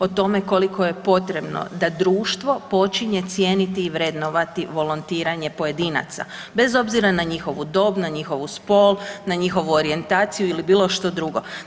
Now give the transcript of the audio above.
O tome koliko je potrebno da društvo počinjen cijeniti i vrednovati volontiranje pojedinaca, bez obzira na njihovu dob, na njihovu spol, na njihovu orijentaciju ili bilo što drugo.